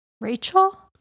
rachel